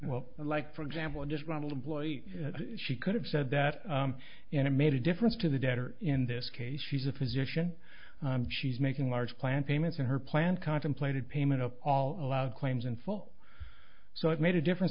well like for example a disgruntled employee she could have said that and it made a difference to the debtor in this case she's a physician and she's making large plant payments and her plan contemplated payment of all out claims in full so it made a difference